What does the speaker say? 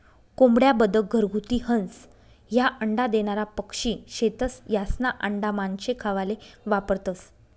कोंबड्या, बदक, घरगुती हंस, ह्या अंडा देनारा पक्शी शेतस, यास्ना आंडा मानशे खावाले वापरतंस